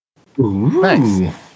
Thanks